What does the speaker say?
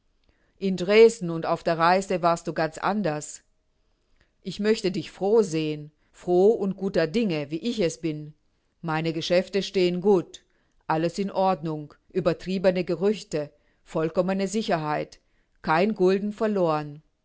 in dresden und auf der reise warst du ganz anders ich möchte dich froh sehen froh und guter dinge wie ich es bin meine geschäfte stehen gut alles in ordnung übertriebene gerüchte vollkommene sicherheit kein gulden verloren